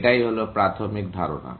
এটাই হলো প্রাথমিক ধারণা